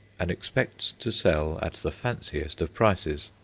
and expects to sell at the fanciest of prices.